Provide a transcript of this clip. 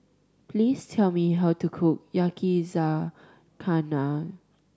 please tell me how to cook Yakizakana